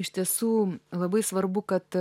iš tiesų labai svarbu kad